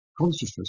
consciousness